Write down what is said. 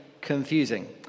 confusing